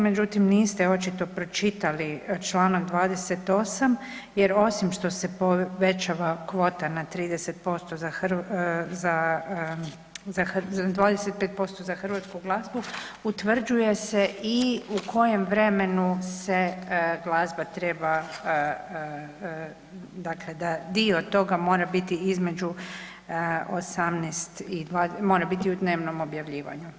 Međutim, niste očito pročitali članak 28. jer osim što se povećava kvota na 30% za, 25% za hrvatsku glazbu utvrđuje se i u kojem vremenu se glazba treba dakle da dio toga mora biti između 18 i … [[ne razumije se]] mora biti u dnevnom objavljivanju.